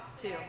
two